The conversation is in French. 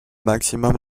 maximum